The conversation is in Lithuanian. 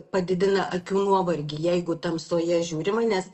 padidina akių nuovargį jeigu tamsoje žiūrima nes